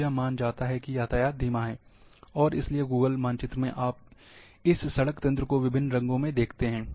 तब यह माना जाता है कि यातायात धीमा है और इसलिए गूगल मानचित्र में आप इस सड़क तंत्र को विभिन्न रंगों में देखते हैं